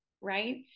right